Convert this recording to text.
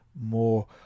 more